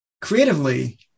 creatively